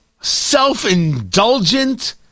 Self-indulgent